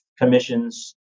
commissions